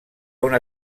una